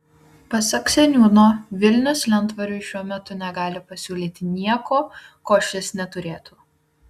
pasak seniūno vilnius lentvariui šiuo metu negali pasiūlyti nieko ko šis neturėtų